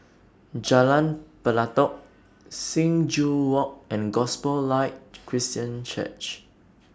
Jalan Pelatok Sing Joo Walk and Gospel Light Christian Church